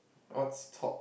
what's top